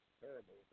terrible